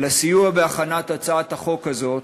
על הסיוע בהכנת הצעת החוק הזאת,